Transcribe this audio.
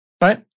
right